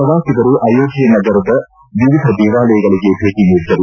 ಪ್ರವಾಸಿಗರು ಅಯೋಧ್ಯೆ ನಗರದ ವಿವಿಧ ದೇವಾಲಯಗಳಿಗೆ ಭೇಟಿ ನೀಡಿದರು